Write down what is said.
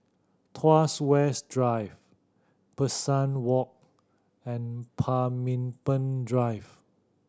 Tuas West Drive Pesari Walk and Pemimpin Drive